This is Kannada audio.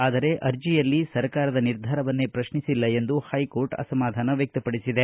ಆದರೆ ಅರ್ಜಯಲ್ಲಿ ಸರ್ಕಾರದ ನಿರ್ಧಾರವನ್ನೇ ಪ್ರತ್ನಿಸಿಲ್ಲ ಎಂದು ಹೈಕೋರ್ಟ ಅಸಮಾದಾನ ವ್ಯಕ್ತಪಡಿಸಿದೆ